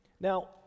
Now